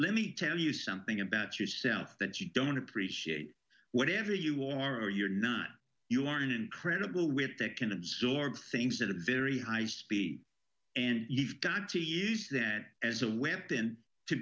let me tell you something about yourself that you don't appreciate whatever you are or you're not you are an incredible wit that can absorb things at a very high speed and you've got to use that as a weapon to